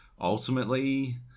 Ultimately